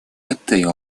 этой